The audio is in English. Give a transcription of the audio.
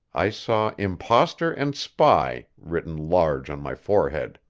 i saw imposter and spy written large on my forehead.